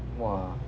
!wah!